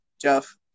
Jeff